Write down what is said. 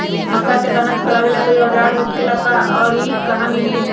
मक्का के दाना छोराबेला कोई औजार होखेला का और इ कहा मिली?